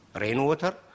rainwater